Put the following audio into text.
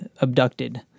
abducted